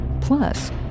plus